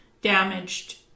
damaged